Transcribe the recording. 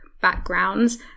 backgrounds